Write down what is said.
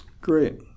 Great